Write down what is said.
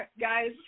guys